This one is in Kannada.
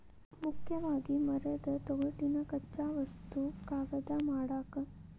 ಮುಖ್ಯವಾಗಿ ಮರದ ತೊಗಟಿನ ಕಚ್ಚಾ ವಸ್ತು ಕಾಗದಾ ಮಾಡಾಕ